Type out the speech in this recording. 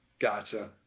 Gotcha